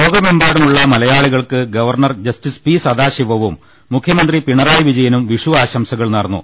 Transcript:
ലോകമെമ്പാടുമുള്ള മലയാളികൾക്ക് governor justice P സ ദാശിവവും മുഖ്യമന്ത്രി പിണറായി വിജയനും വിഷു ആശംസകൾ നേർന്നു